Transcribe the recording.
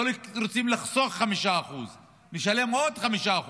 לא רוצים לחסוך 5%. נשלם עוד 5%